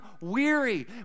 weary